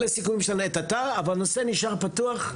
זה הסיכום לעת עתה, אבל הנושא נשאר פתוח.